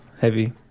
heavy